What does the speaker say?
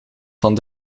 van